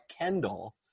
Kendall